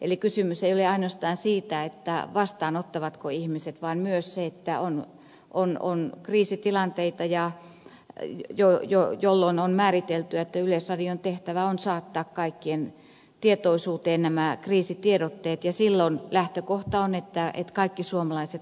eli kysymys ei ole ainoastaan siitä vastaanottavatko ihmiset vaan myös siitä että on kriisitilanteita jolloin on määritelty että yleisradion tehtävä on saattaa kaikkien tietoisuuteen nämä kriisitiedotteet ja silloin lähtökohta on että kaikki suomalaiset vastaanottavat